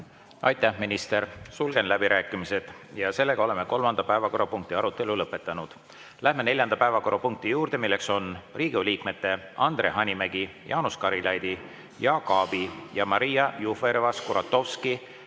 Aitäh, minister! Sulgen läbirääkimised. Oleme kolmanda päevakorrapunkti arutelu lõpetanud. Läheme neljanda päevakorrapunkti juurde: Riigikogu liikmete Andre Hanimägi, Jaanus Karilaidi, Jaak Aabi ja Maria Jufereva-Skuratovski